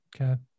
Okay